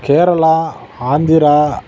Kerala Andhra